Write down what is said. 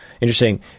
Interesting